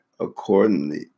accordingly